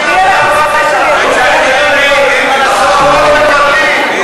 גילה, בואי הביתה.